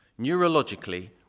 Neurologically